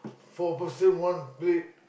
four person one plate